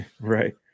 Right